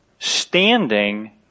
Standing